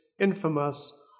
infamous